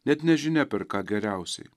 net nežinia per ką geriausiai